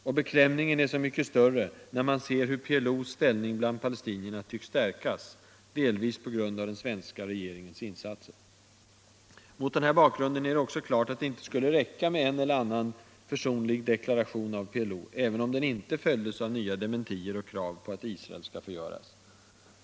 Och beklämningen är så mycket större, när man ser hur PLO:s ställning bland palestinierna tycks stärkas — delvis på grund av den svenska regeringens insatser. Mot den här bakgrunden är det också klart att det inte skulle räcka med en eller annan försonlig deklaration av PLO - även om den inte följdes av nya dementier och krav på att Israel skall förgöras.